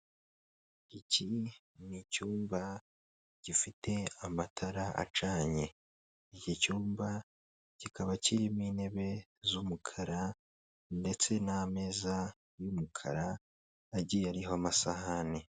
Iki ni icyumba gifite amatara acanye, iki cyumba kikaba kirimo intebe z'umukara ndetse n'ameza y'umukara agiye ariho amasahani.